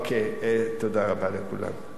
אוקיי, תודה רבה לכולם.